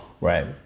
Right